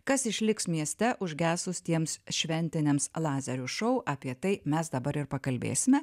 kas išliks mieste užgesus tiems šventiniams lazerių šou apie tai mes dabar ir pakalbėsime